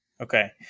Okay